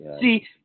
See